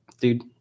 dude